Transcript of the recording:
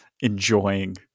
enjoying